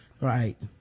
right